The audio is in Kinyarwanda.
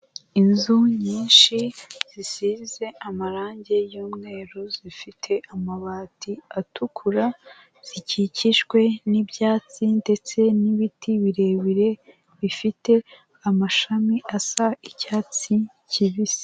Inzu nyinshi zisize amarangi y'umweru zifite amabati atukura zikikijwe n'ibyatsi ndetse n'ibiti birebire, bifite amashami asa icyatsi kibisi.